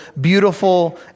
beautiful